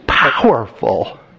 Powerful